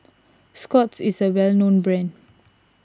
Scott's is a well known brand